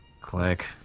click